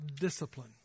discipline